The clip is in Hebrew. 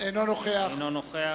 אינו נוכח